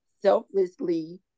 selflessly